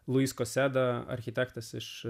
luisto seda architektas iš